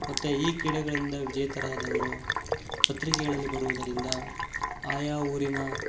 ಮತ್ತು ಈ ಕ್ರೀಡೆಗಳಿಂದ ವಿಜೇತರಾದವರು ಪತ್ರಿಕೆಗಳಲ್ಲಿ ಬರುವುದರಿಂದ ಆಯಾ ಊರಿನ